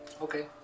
Okay